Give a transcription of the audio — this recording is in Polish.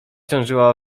ciążyła